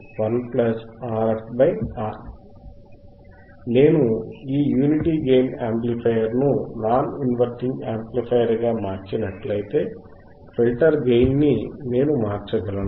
Av 1 Rf Rin నేను ఈ unity gain amplifier ను నాన్ ఇన్వర్టింగ్ యాంప్లిఫయర్ గా మార్చినట్లయితే ఫిల్టర్ గెయిన్ ని నేను మార్చగలను